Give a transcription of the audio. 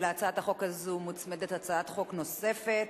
להצעת החוק הזאת מוצמדת הצעת חוק נוספת,